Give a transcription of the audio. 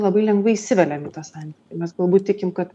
labai lengvai įsiveliam į tą santykį mes galbūt tikim kad